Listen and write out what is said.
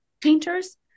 painters